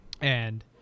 And-